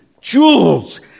Jewels